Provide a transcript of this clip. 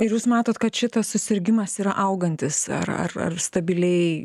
ir jūs matot kad šitas susirgimas yra augantis ar ar ar stabiliai